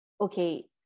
okay